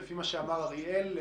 לפי מה שאמר אריאל,